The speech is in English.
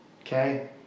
okay